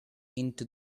into